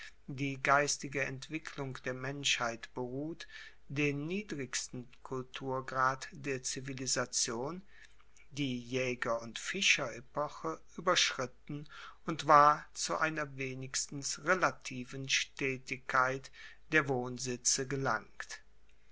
die geistige entwicklung der menschheit beruht den niedrigsten kulturgrad der zivilisation die jaeger und fischerepoche ueberschritten und war zu einer wenigstens relativen stetigkeit der wohnsitze gelangt